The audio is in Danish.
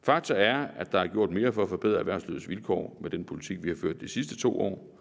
Faktum er, at der er gjort mere for at forbedre erhvervslivets vilkår med den politik, vi har ført de sidste 2 år,